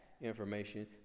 information